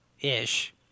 ish